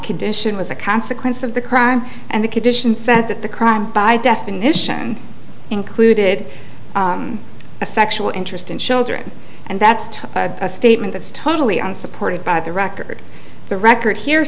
condition was a consequence of the crime and the condition said that the crimes by definition included a sexual interest in children and that's to i have a statement that's totally unsupported by the record the record here